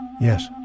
yes